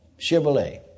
Chevrolet